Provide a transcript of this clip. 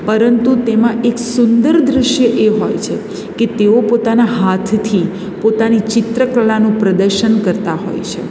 પરંતુ તેમાં એક સુંદર દૃશ્ય એ હોય છે કે તેઓ પોતાના હાથથી પોતાની ચિત્ર કલાનું પ્રદર્શન કરતાં હોય છે